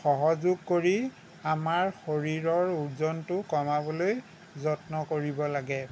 সহযোগ কৰি আমাৰ শৰীৰৰ ওজনটো কমাবলৈ যত্ন কৰিব লাগে